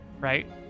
right